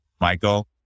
Michael